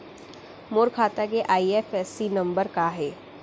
मोर खाता के IFSC number का हे?